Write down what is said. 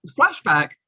flashback